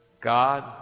God